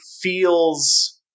feels